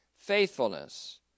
Faithfulness